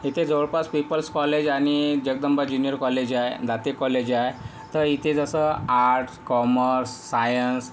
इथे जवळपास People's College आणि जगदंबा जुनियर कॉलेज आहे दाते कॉलेज आहे तर इथ जसं आर्ट्स कॉमर्स सायन्स